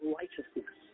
righteousness